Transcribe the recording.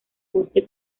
bosque